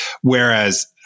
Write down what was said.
whereas